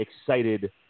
Excited